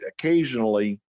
occasionally